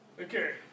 Okay